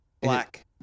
Black